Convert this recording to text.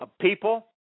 people